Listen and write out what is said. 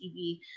TV